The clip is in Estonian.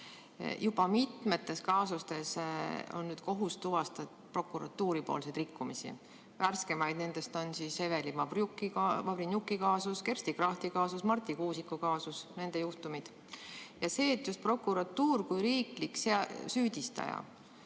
Juba mitmes kaasuses on kohus tuvastanud prokuratuuripoolseid rikkumisi. Värskeimaid nendest on Eveli Vavrenjuki kaasus, Kersti Krafti kaasus, Marti Kuusiku kaasus, nende juhtumid. See, et just prokuratuur kui riiklik süüdistaja